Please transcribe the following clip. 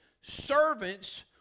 servants